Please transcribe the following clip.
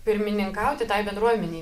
pirmininkauti tai bendruomenei